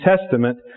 Testament